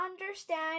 understand